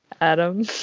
Adam